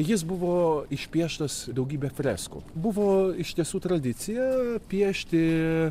jis buvo išpieštas daugybe freskų buvo iš tiesų tradicija piešti